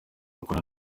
kuko